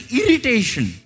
irritation